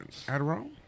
Adderall